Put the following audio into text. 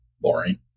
boring